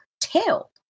tail